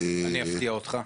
אני אפתיע אותך.